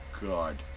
god